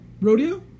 Rodeo